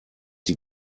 die